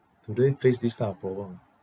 today face this type of problem ah